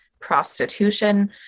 prostitution